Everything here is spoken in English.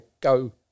go